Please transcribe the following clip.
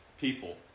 people